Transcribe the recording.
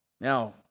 Now